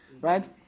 Right